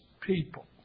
people